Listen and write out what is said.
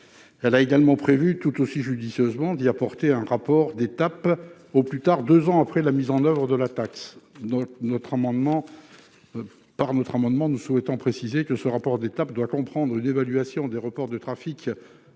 Elle a également prévu tout aussi judicieusement d'y ajouter un rapport d'étape au plus tard deux ans après la mise en oeuvre de la taxe. Cet amendement vise à préciser que ce rapport d'étape doit comprendre une évaluation des reports de trafic sur